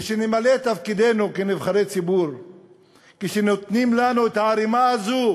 ושנמלא את תפקידנו כנבחרי ציבור כשנותנים לנו את הערמה הזאת